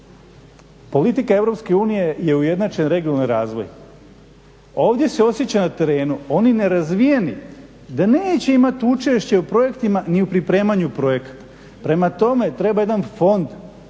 politika EU je ujednačen regionalni razvoj, ovdje se osjeća na terenu oni nerazvijeni da neće imati učešće u projektima ni u pripremanju projekata. Prema tome, treba jedan fond